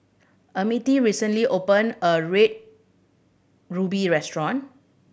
Emmitt recently opened a Red Ruby restaurant